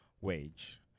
wage